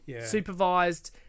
supervised